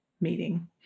meeting